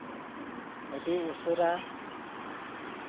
ᱟᱹᱰᱤ ᱩᱥᱟᱹᱨᱟ